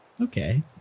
Okay